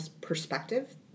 perspective